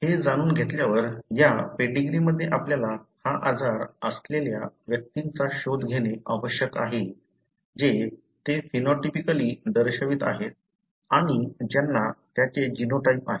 हे जाणून घेतल्यावर या पेडीग्रीमध्ये आपल्याला हा आजार असलेल्या व्यक्तींचा शोध घेणे आवश्यक आहे जे ते फेनॉटिपिकली दर्शवित आहेत आणि ज्यांना त्याचे जीनोटाइप आहेत